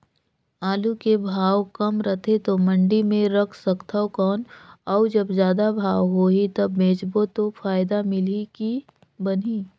आलू के भाव कम रथे तो मंडी मे रख सकथव कौन अउ जब जादा भाव होही तब बेचबो तो फायदा मिलही की बनही?